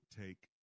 take